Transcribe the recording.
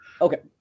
Okay